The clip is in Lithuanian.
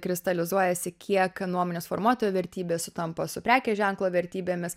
kristalizuojasi kiek nuomonės formuotojų vertybės sutampa su prekės ženklo vertybėmis